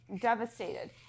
devastated